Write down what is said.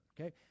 Okay